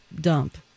dump